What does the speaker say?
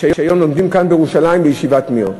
שהיום לומדים פה בירושלים בישיבת מיר.